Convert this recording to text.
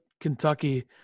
Kentucky